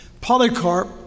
polycarp